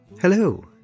Hello